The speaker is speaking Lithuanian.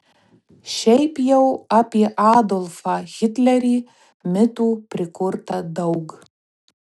šiaip jau apie adolfą hitlerį mitų prikurta daug